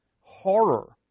horror